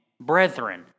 brethren